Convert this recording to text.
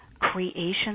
creation